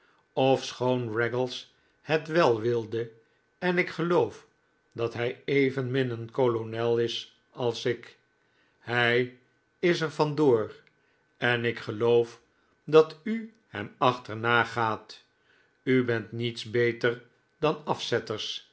ofschoon raggles het wel wilde en ik geloof dat hij evenmin een kolonel is als ik hij is er van door en ik geloof dat u hem achterna gaat u bent niets beter dan afzetters